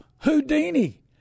Houdini